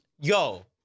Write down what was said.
Yo